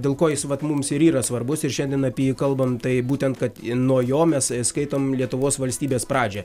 dėl ko jis vat mums ir yra svarbus ir šiandien apie jį kalbam tai būtent kad nuo jo mes skaitom lietuvos valstybės pradžią